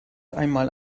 einmal